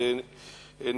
אני למדתי היסטוריה יהודית,